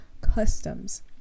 customs